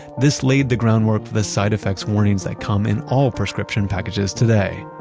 this laid the groundwork for the side effects warnings that come in all prescription packages today.